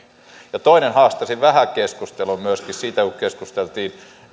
ja toinen haastaisin vähän keskusteluun myöskin siitä että kun keskusteltiin